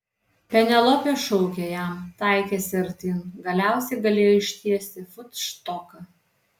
penelopė šaukė jam taikėsi artyn galiausiai galėjo ištiesti futštoką